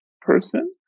person